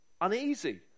uneasy